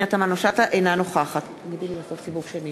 אינה נוכחת סיבוב שני